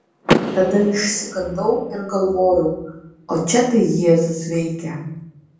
tada išsigandau ir galvojau o čia tai jėzus veikia